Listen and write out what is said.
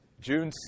June